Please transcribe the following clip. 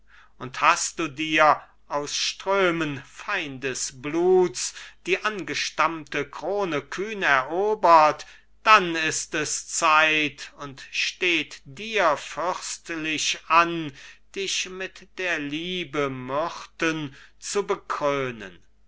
und hast du dir aus strömen feindesbluts die angestammte krone kühn erobert dann ist es zeit und steht dir fürstlich an dich mit der liebe myrten zu bekrönen